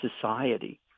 society